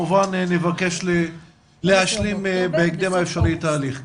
נבקש להשלים בהקדם האפשרי את התהליך.